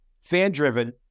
Fan-driven